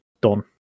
done